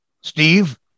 Steve